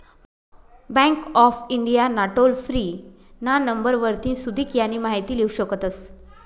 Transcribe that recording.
bank of India ना toll free ना number वरतीन सुदीक यानी माहिती लेवू शकतस